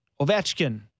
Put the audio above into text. Ovechkin